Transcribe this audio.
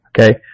Okay